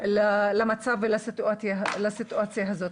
למצב ולסיטואציה הזאת.